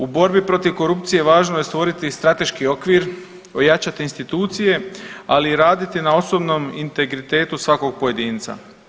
U borbi protiv korupcije važno je stvoriti strateški okvir, ojačati institucije, ali i raditi na osobnom integritetu svakog pojedinca.